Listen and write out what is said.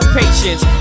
patience